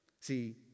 See